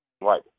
Right